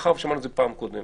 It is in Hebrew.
מאחר ששמענו את זה בפעם הקודמת